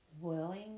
willing